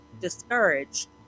discouraged